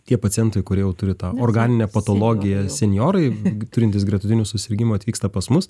tie pacientai kurie jau turi tą organinę patologiją senjorai turintys gretutinių susirgimų atvyksta pas mus